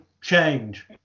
change